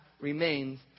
remains